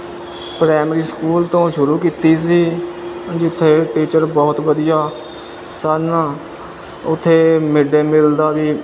primary school ਤੋਂ ਸ਼ੁਰੂ ਕੀਤੀ ਸੀ ਜਿੱਥੇ ਟੀਚਰ ਬਹੁਤ ਵਧੀਆ ਸਨ ਉੱਥੇ ਮਿਡ ਡੇ ਮੀਲ ਦਾ ਵੀ